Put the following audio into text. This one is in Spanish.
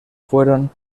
fueron